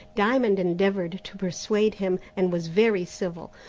diamond endeavoured to persuade him, and was very civil,